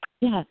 Yes